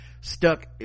stuck